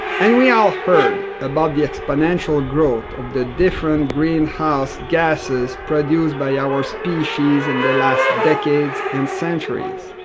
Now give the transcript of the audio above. and we all heard about the exponential growth of the different greenhouse gases produced by our species in the last decades and centuries.